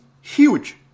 huge